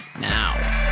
now